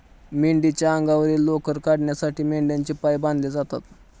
मेंढीच्या अंगावरील लोकर काढण्यासाठी मेंढ्यांचे पाय बांधले जातात